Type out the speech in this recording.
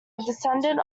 descendant